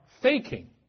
faking